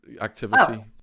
activity